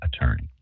attorney